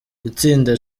itsinda